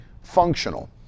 functional